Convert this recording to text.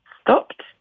stopped